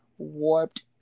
Warped